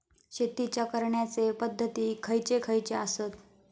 शेतीच्या करण्याचे पध्दती खैचे खैचे आसत?